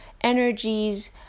energies